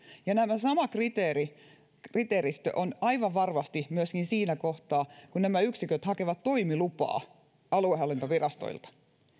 ja tämä sama kriteeristö on aivan varmasti myöskin siinä kohtaa kun nämä yksiköt hakevat toimilupaa aluehallintovirastoilta